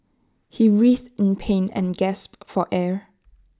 he writhed in pain and gasped for air